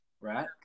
Right